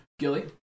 Gilly